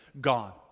gone